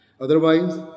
Otherwise